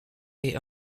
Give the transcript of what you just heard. est